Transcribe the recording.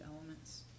elements